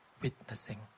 Witnessing